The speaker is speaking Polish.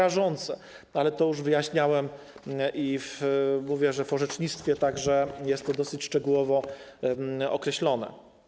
Ale to już wyjaśniałem i mówię, że w orzecznictwie także jest to dosyć szczegółowo określone.